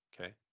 Okay